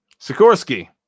Sikorsky